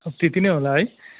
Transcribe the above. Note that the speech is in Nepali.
अब त्यति नै होला है